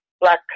black